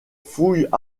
fouilles